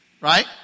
right